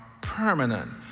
permanent